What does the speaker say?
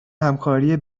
همکاری